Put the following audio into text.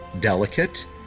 delicate